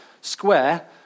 square